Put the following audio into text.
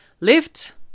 Lift